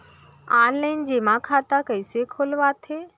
Online जेमा खाता कइसे खोलवाथे?